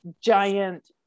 giant